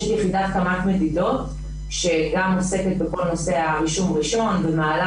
יש קמ"ט מדידות שגם עוסק בכל נושא הרישום הראשון ומעלה